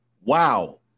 Wow